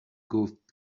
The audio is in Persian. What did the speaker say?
گفت